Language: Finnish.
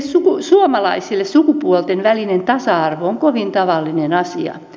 meille suomalaisille sukupuolten välinen tasa arvo on kovin tavallinen asia